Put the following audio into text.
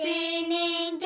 Singing